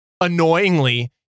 annoyingly